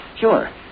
Sure